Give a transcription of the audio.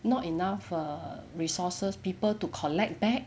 not enough err resources people to collect back